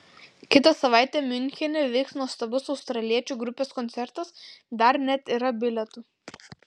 kitą savaitę miunchene vyks nuostabus australiečių grupės koncertas dar net yra bilietų